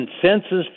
consensus